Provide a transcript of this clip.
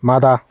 ꯃꯥꯗꯥ